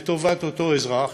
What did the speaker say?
לטובת אותו אזרח,